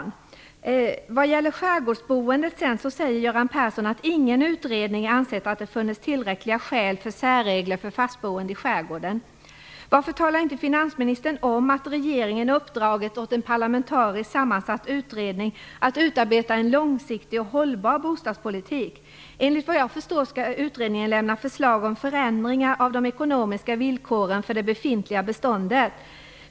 När det gäller skärgårdsboendet säger Göran Persson att ingen utredning ansett att det funnits tillräckliga skäl för särregler för fastboende i skärgården. Varför talar inte finansministern om att regeringen uppdragit åt en parlamentariskt sammansatt utredning att utarbeta en långsiktig och hållbar bostadspolitik? Enligt vad jag förstår skall utredningen lämna förslag om förändringar av de ekonomiska villkoren för det befintliga beståndet.